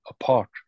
apart